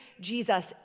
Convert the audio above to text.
Jesus